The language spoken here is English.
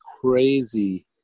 crazy